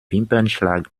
wimpernschlag